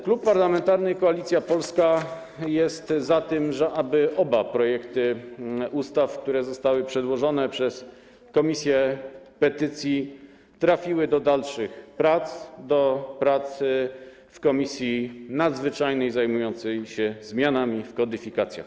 Klub Parlamentarny Koalicja Polska jest za tym, aby oba projekty ustaw, które zostały przedłożone przez komisję petycji, trafiły do dalszych prac, do pracy w komisji nadzwyczajnej zajmującej się zmianami w kodyfikacjach.